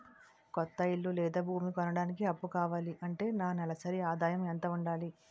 కొత్త ఇల్లు లేదా భూమి కొనడానికి అప్పు కావాలి అంటే నా నెలసరి ఆదాయం ఎంత ఉండాలి?